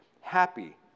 happy